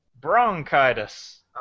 Bronchitis